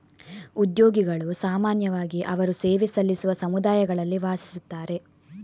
ಉದ್ಯೋಗಿಗಳು ಸಾಮಾನ್ಯವಾಗಿ ಅವರು ಸೇವೆ ಸಲ್ಲಿಸುವ ಸಮುದಾಯಗಳಲ್ಲಿ ವಾಸಿಸುತ್ತಾರೆ